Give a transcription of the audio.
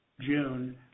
June